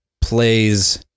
plays